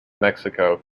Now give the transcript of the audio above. mexico